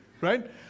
right